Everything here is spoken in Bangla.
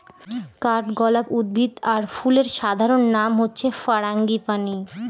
কাঠগলাপ উদ্ভিদ আর ফুলের সাধারণ নাম হচ্ছে ফারাঙ্গিপানি